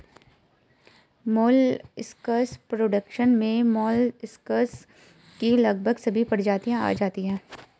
molluscs production में molluscs की लगभग सभी प्रजातियां आ जाती हैं